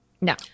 No